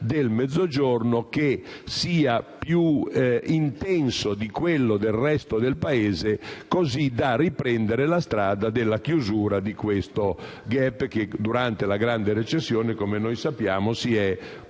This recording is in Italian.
del Mezzogiorno più intenso di quello del resto del Paese, così da riprendere la strada della chiusura di questo *gap* che durante la grande recessione, come sappiamo, si è